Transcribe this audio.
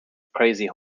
crazy